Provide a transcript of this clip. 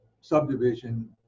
subdivision